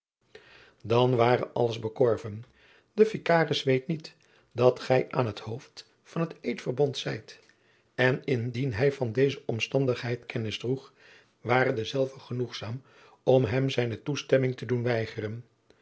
dan ware alles verkorven de vikaris weet niet dat gij aan het hoofd van het eedverbond zijt en indien hij van deze omstandigheid kennis droeg ware dezelve genoegzaam om hem zijne toestemming te doen weigeren